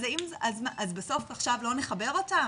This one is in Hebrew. אז בסוף עכשיו לא נחבר אותם?